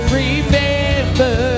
remember